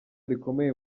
rikomeye